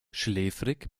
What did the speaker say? schläfrig